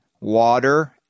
water